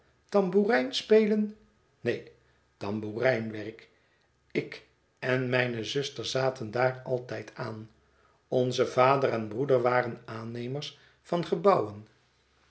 tamboerijn spelen neen tambourwerk ik en mijne zuster zaten daar altijd aan onze vader en broeder waren aannemers van gebouwen